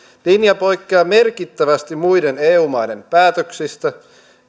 linja poikkeaa merkittävästi muiden eu maiden päätöksistä